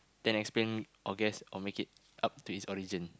then explain or guess or make it up to its origin